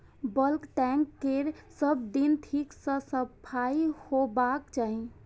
bulk tank केर सब दिन ठीक सं सफाइ होबाक चाही